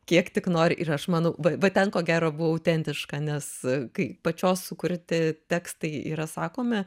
kiek tik nori ir aš manau va va ten ko gero buvo autentiška nes kai pačios sukurti tekstai yra sakomi